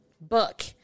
book